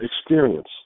experience